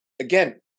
again